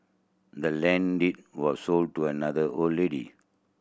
the land deed was sold to another old lady